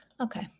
okay